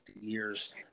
years